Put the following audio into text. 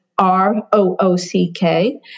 R-O-O-C-K